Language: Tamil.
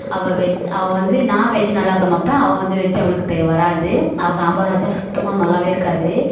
அவள் வெஜ் அவள் வந்து நான் வெஜ்ஜு நல்லா சமைப்பேன் அவள் வந்து வெஜ்ஜு அவளுக்கு தெ அவளுக்கு வராது அவள் சாம்பார் வைச்சா சுத்தமா நல்லாவே இருக்காது